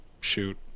shoot